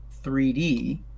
3D